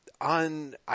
on